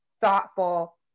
thoughtful